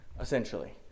essentially